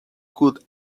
good